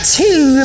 two